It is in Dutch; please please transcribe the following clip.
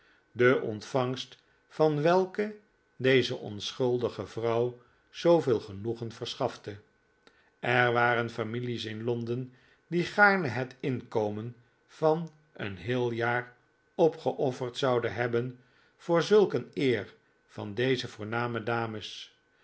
de ontvangst van welke deze onschuldige vrouw zooveel genoegen verschafte er waren families in londen die gaarne het inkomen van een heel jaar opgeofferd zouden hebben voor zulk een eer van deze voorname dames